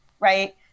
right